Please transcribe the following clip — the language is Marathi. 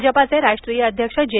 भाजपाचे राष्ट्रीय अध्यक्ष जे